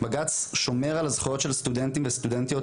בג"צ שומר על הזכויות של סטודנטים וסטודנטיות